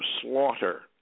slaughter